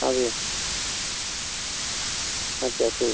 हाँ जी अच्छा ठीक